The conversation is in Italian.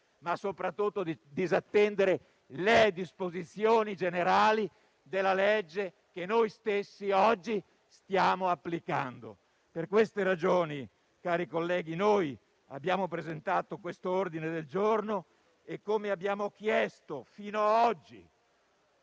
ma soprattutto le disposizioni generali della legge che noi stessi oggi stiamo applicando. Per queste ragioni, cari colleghi, abbiamo presentato questo ordine del giorno e, come abbiamo chiesto fino ad oggi,